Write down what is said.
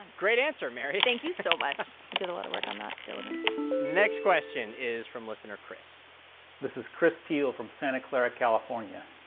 and great answer, mary thank you so much. i did a lot of work on that diligence next question is from listener chris this is chris peele from santa clara, calif. yeah